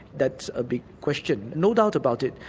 that's a big question. no doubt about it,